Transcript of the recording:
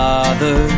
Father